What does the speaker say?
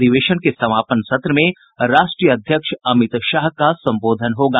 अधिवेशन के समापन सत्र में राष्ट्रीय अध्यक्ष अमित शाह का संबोधन होगा